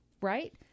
right